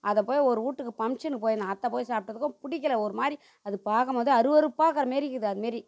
அதை போய் ஒர வீட்டுக்கு ஃபங்ஷனுக்கு போயிருந்தேன் அதை போய் சாப்பிட்டதுக்கும் பிடிக்கல ஒருமாதிரி அது பார்க்கம் போது அருவருப்பாக இருக்கிற மாரி இருக்குது அதுமாரி